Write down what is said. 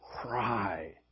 cry